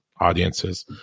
audiences